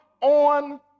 on